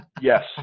Yes